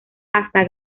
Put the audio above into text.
hasta